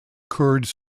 kurds